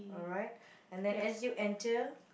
alright and then as you enter